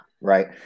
right